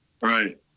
Right